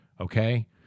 Okay